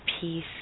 peace